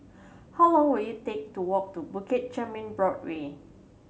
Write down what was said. how long will it take to walk to Bukit Chermin Boardwalk